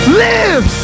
live